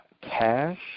cash